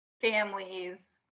families